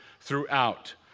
throughout